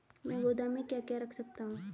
मैं गोदाम में क्या क्या रख सकता हूँ?